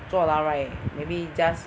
坐牢 right maybe just